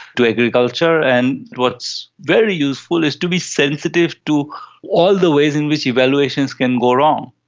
to agriculture. and what's very useful is to be sensitive to all the ways in which evaluations can go wrong.